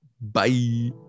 bye